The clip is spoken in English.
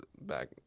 back